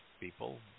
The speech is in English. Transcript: people